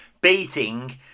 beating